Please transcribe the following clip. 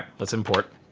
let's import.